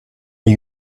are